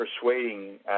persuading